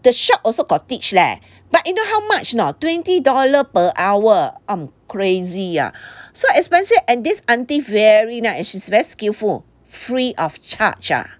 the shop also got teach leh but you know how much not twenty dollar per hour um crazy ah so expensive and this auntie very nice and she's very skillful free of charge ah